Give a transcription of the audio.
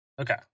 Okay